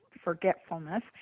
forgetfulness